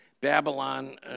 Babylon